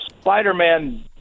spider-man